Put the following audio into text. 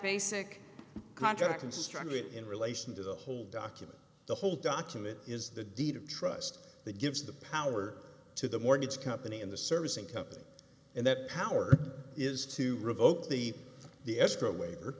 basic contract and strongly in relation to the whole document the whole document is the deed of trust that gives the power to the mortgage company in the servicing company and that power is to revoke the the escrow waiver